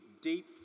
deep